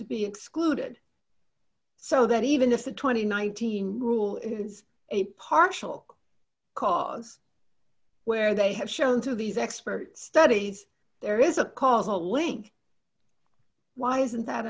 to be excluded so that even if the two thousand and nineteen rule is a partial cause where they have shown to these expert studies there is a causal link why isn't that